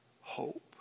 hope